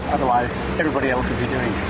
otherwise everybody else would be doing it.